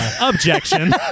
Objection